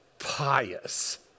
pious